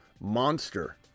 monster